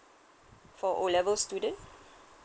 for O levels student